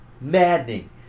maddening